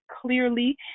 clearly